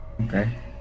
Okay